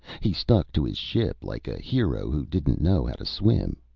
he stuck to his ship like a hero who didn't know how to swim.